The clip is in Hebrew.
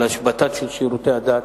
על השבתת שירותי הדת.